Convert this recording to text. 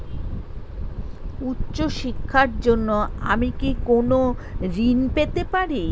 উচ্চশিক্ষার জন্য আমি কি কোনো ঋণ পেতে পারি?